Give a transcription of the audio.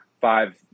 five